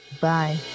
Bye